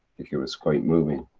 think it was quite moving.